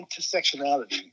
intersectionality